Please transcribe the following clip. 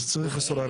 אז צריך --- יש לנו.